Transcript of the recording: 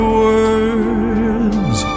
words